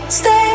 stay